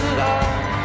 love